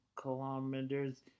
kilometers